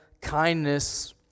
kindness